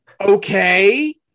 okay